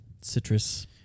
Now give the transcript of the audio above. citrus